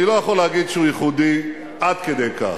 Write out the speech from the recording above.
אני לא יכול להגיד שהוא ייחודי עד כדי כך,